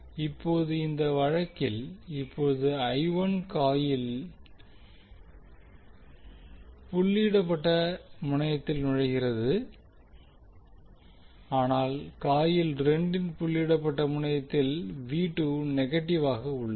இப்போது இந்த வழக்கில் இப்போது காயில் 1 இன் புள்ளியிடப்பட்ட முனையத்தில் நுழைகிறது ஆனால் காயில் 2 இன் புள்ளியிடப்பட்ட முனையத்தில் நெகட்டிவாக உள்ளது